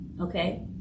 okay